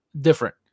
different